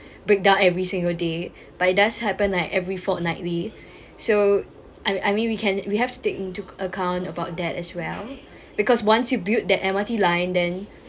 break down every single day but it does happen like every fortnightly so I mean I mean we can we have to take into account about that as well because once you build that M_R_T line then